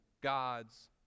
God's